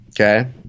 Okay